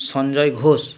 Sanjay Ghosh